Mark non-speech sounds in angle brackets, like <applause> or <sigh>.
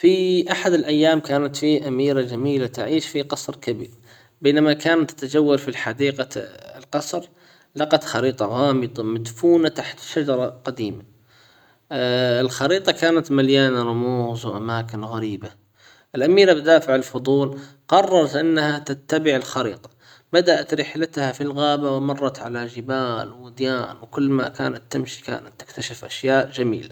في احد الايام كانت في اميرة جميلة تعيش في قصر كبير بينما كانت تتجول في حديقة القصر لقت خريطة غامضة مدفونة تحت شجرة قديمة <hesitation> الخريطة كانت مليانة رموز واماكن غريبة الاميرة بدافع الفضول قررت انها تتبع الخريطة بدأت رحلتها في الغابة ومرت على جبال ووديان وكل ما كانت تمشي كانت تكتشف اشياء جميلة.